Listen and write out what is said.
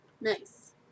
Nice